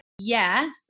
Yes